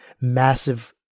massive